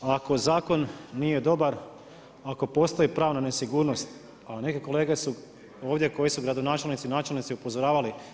Ako zakon nije dobar, ako postoji pravna nesigurnost, a neke kolege su ovdje koji su gradonačelnici, načelnici upozoravali.